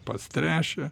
pats tręšia